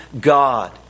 God